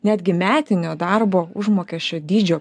netgi metinio darbo užmokesčio dydžio